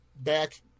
back